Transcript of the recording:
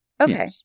Okay